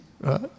Right